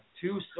two